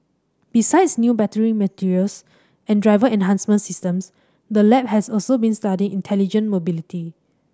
besides new battery materials and driver enhancement systems the lab has also been studying intelligent mobility